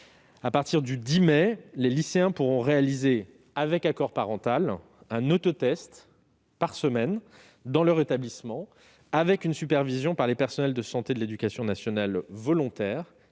10 mai prochain, les lycéens pourront réaliser, avec accord parental, un autotest par semaine dans leur établissement, sous la supervision des personnels de santé de l'éducation nationale volontaires